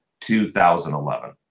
2011